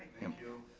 thank you.